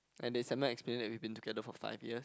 and did Samuel explain that we've been together for five years